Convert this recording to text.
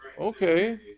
okay